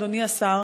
אדוני השר,